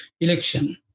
election